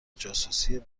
جاسوسی